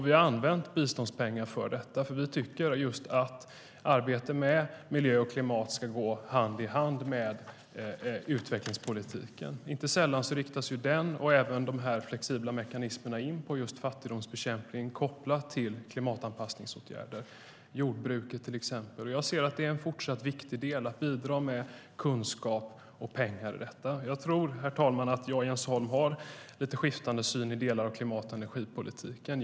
Vi har använt biståndspengar för detta, för vi tycker just att arbete med miljö och klimat ska gå hand i hand med utvecklingspolitiken. Inte sällan riktas den och även de flexibla mekanismerna in på just fattigdomsbekämpning kopplat till klimatanpassningsåtgärder, till exempel inom jordbruket. Jag ser det som fortsatt viktigt att bidra med kunskap och pengar till detta. Jag tror, herr talman, att jag och Jens Holm har lite skiftande syn i delar av klimat och energipolitiken.